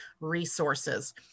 resources